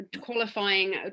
qualifying